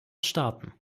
starten